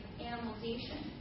animalization